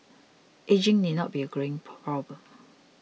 ageing need not be a greying problem